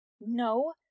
No